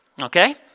Okay